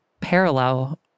parallel